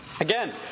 Again